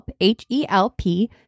H-E-L-P